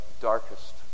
darkest